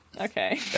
Okay